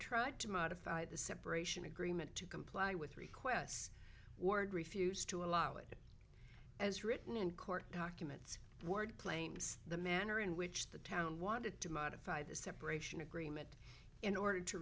tried to modify the separation agreement to comply with requests ward refused to allow it as written in court documents word claims the manner in which the town wanted to modify the separation agreement in order to